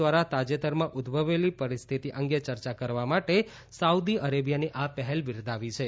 દ્વારા તાજેતરમાં ઉદ્દભવેલી પરિસ્થિતિ અંગે ચર્ચા કરવા માટે સાઉદી અરેબિયાની આ પહેલ બિરદાવી છે